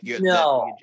no